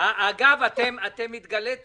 כרגע אנחנו לא רואים